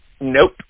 Nope